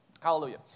Hallelujah